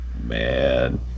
man